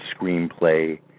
screenplay